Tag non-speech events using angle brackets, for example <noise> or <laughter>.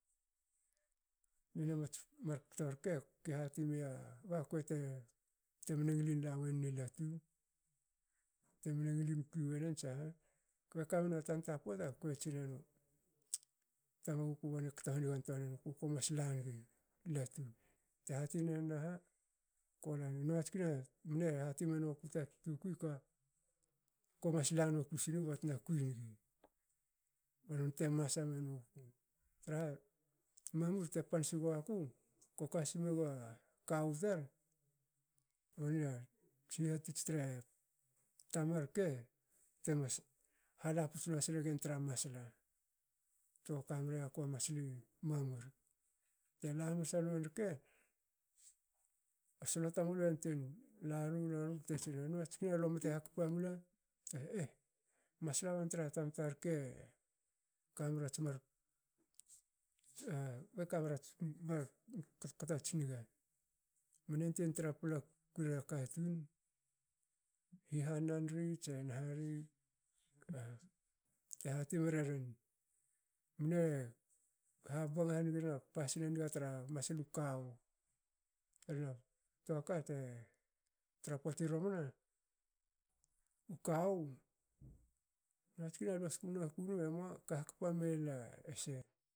Nignats mar kto rke ba ke hati mia ba kuei te mne ngilin lawenni latu. temne ngilin kui wonen tsaha kbe kamna tanta poata kue tsinenu tamaguku banie kto hanigantoa nenuku komas lanoku sinig batna kuinig ba nonte masa menuku traha mamur te pan siguaku koka smegua kawu tar nonia ats hihatots tra masla koka miakua masli mamur. Tela hamansa nuen rke a slo tamulu e antuen lanu lanu bte tsinra notskina lo mte hakpa mle <unintelligible> eh masla bantra tamta rke kame rats mar kto ats niga hi hanan ri be kamerats markto ats niga mne antuei tra paplakuera katun, hiha nanri tse nahari bte hati mreren mne habnga haniga rera pasin a niga tra maslu kawu hena toaka te tra poti romana. u kawu notskin ese temne na kwiru kahakpa mela ese